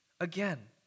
Again